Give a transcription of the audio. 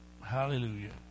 Hallelujah